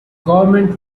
government